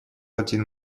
один